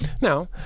Now